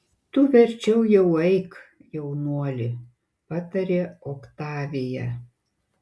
tu verčiau jau eik jaunuoli patarė oktavija